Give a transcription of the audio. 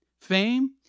Fame